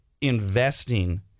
investing